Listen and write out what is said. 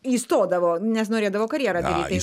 įstodavo nes norėdavo karjerą daryti